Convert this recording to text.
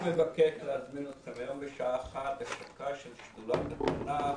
אני רק מבקש להזמין אתכם היום בשעה 13:00 להשקה של שדולת התנ"ך.